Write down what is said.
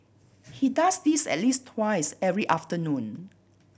he does this at least twice every afternoon